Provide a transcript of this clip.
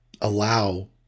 allow